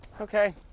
Okay